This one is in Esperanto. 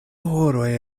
horoj